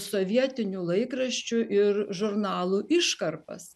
sovietinių laikraščių ir žurnalų iškarpas